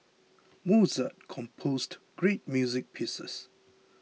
Mozart composed great music pieces